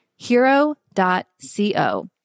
hero.co